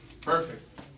Perfect